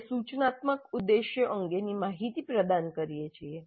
આપણે સૂચનાત્મક ઉદ્દેશ્યો અંગેની માહિતી પ્રદાન કરીએ છીએ